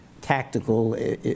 tactical